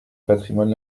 patrimoine